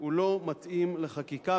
והוא לא מתאים לחקיקה.